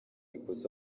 ikosa